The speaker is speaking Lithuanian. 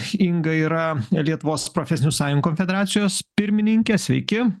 inga yra lietuvos profesinių sąjungų konfederacijos pirmininkė sveiki